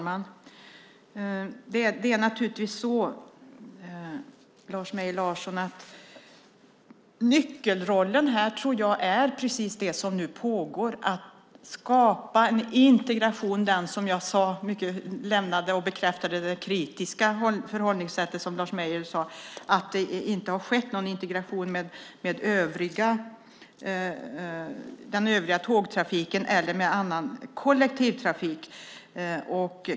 Fru talman! Nyckelrollen, Lars Mejern Larsson, är precis det som pågår, nämligen att skapa en integration. Jag bekräftade det kritiska förhållningssätt som Lars Mejern Larsson tog upp. Det har inte skett någon integration med övriga tågtrafiken eller med annan kollektivtrafik.